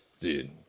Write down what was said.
Dude